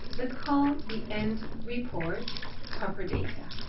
let's call the end report properdata.